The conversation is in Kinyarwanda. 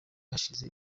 hashize